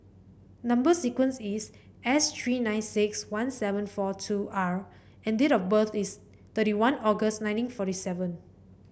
number sequence is S three nine six one seven four two R and date of birth is thirty one August nineteen forty seven